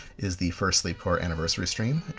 is the first sleepcore anniversary stream,